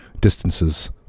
distances